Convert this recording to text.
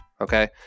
okay